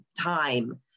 time